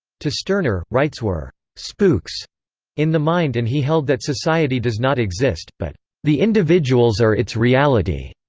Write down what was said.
to stirner, rights were spooks in the mind and he held that society does not exist, but the individuals are its reality.